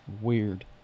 weird